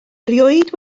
erioed